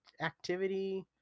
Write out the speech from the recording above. activity